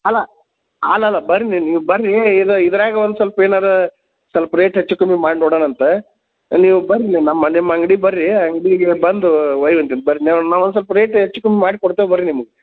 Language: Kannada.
ಅಲ್ಲ ಅಲ್ಲಲ್ಲ ಬರ್ರಿ ನೀವು ಬರ್ರಿ ಇದು ಇದ್ರಾಗ ಒಂದು ಸ್ವಲ್ಪ ಏನಾರಾ ಸೊಲ್ಪ ರೇಟ್ ಹೆಚ್ಚು ಕಮ್ಮಿ ಮಾಡಿ ನೋಡಾನಂತಾ ನೀವು ಬರ್ರಿ ನಮ್ಮ ನಿಮ್ಮ ಅಂಗ್ಡಿಗೆ ಬರ್ರಿ ಅಂಗಡಿಗೆ ಬಂದು ಒಯ್ಯುವಂತಿನ ಬರ್ರಿ ನೀವು ನಾವು ಒಂದು ಸೊಲ್ಪ ರೇಟ್ ಹೆಚ್ಚು ಕಮ್ಮಿ ಮಾಡಿ ಕೊಡ್ತೀವಿ ಬರ್ರಿ ನಿಮ್ಗ